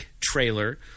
trailer